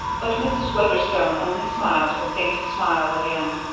but mrs. weatherstone only smiled her faint smile again.